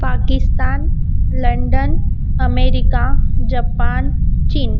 Pakistan London America Japan चीन